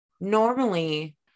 Normally